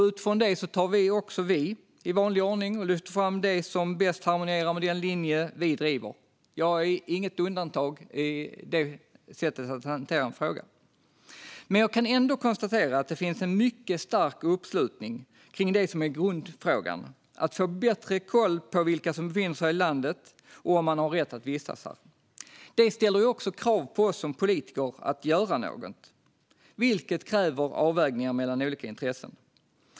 Utifrån det tar också vi, i vanlig ordning, och lyfter fram det som bäst harmonierar med den linje vi driver. Jag är inget undantag i det sättet att hantera en fråga. Men jag kan ändå konstatera att det finns en mycket stark uppslutning kring det som är grundfrågan: att få bättre koll på vilka som befinner sig i landet och om de har rätt att vistas här. Det ställer ju också krav på oss som politiker att göra något, vilket kräver avvägningar mellan olika intressen.